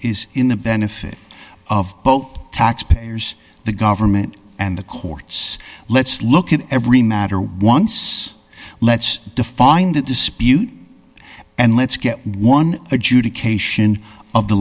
is in the benefit of both taxpayers the government and the courts let's look at every matter once let's define the dispute and let's get one a